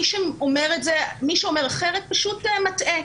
מי שאומר אחרת, פשוט מטעה.